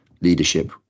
leadership